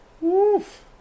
Woof